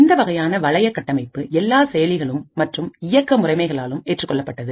இந்த வகையான வளைய கட்டமைப்பு எல்லா செயலிகளும் மற்றும் இயங்க முறைமைகளாலும் ஏற்றுக்கொள்ளப்பட்டது